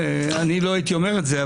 אני לא הייתי אומר את זה,